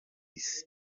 isi